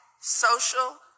social